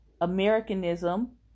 Americanism